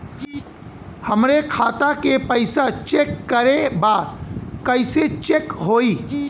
हमरे खाता के पैसा चेक करें बा कैसे चेक होई?